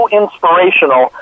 inspirational